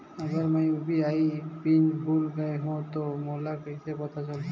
अगर मैं UPI PIN भुल गये हो तो मोला कइसे पता चलही?